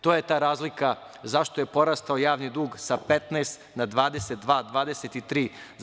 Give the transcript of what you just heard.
To je ta razlika, zašto je porastao javni dug sa 15 na 22, 23.